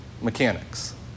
mechanics